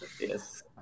Yes